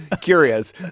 curious